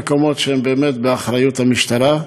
יש מקומות שהם באמת באחריות המשטרה,